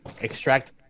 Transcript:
extract